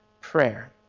prayer